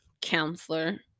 counselor